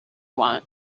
want